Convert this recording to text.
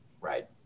Right